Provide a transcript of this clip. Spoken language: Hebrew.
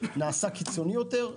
נעשה קיצוני יותר,